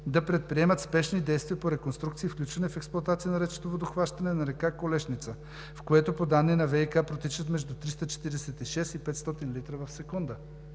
да предприемат спешни действия по реконструкция и включване в експлоатация на речното водохващане на река Колешница, в което по данни на ВиК протичат между 346 и 500 литра в секунда